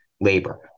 Labor